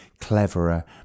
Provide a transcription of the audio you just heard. cleverer